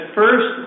first